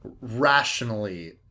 rationally